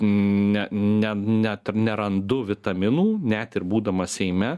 ne ne net nerandu vitaminų net ir būdamas seime